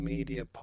Media